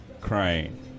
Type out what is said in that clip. crying